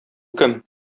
кем